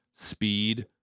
speed